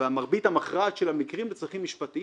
למה לא שמתם אותו כנספח?